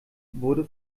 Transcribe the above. wurde